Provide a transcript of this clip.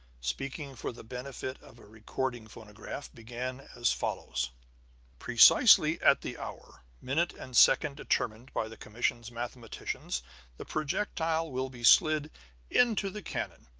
speaking for the benefit of a recording phonograph, began as follows precisely at the hour, minute and second determined by the commission's mathematicians the projectile will be slid into the cannon.